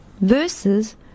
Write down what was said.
Versus